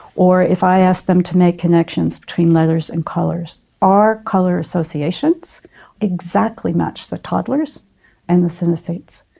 or if i ask them to make connections between letters and colours, our colour associations exactly match the toddlers and the synesthetes.